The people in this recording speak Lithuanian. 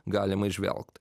galima įžvelgt